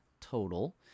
total